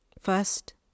First